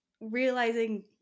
realizing